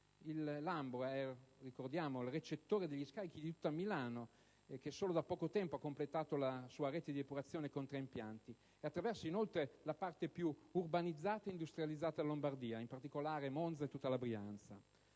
Lambro è il recettore degli scarichi di tutta Milano, che solo da poco tempo ha completato la sua rete di depurazione con tre impianti, e attraversa inoltre la parte più urbanizzata e industrializzata della Lombardia, in particolare Monza e tutta la Brianza.